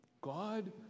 God